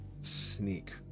sneak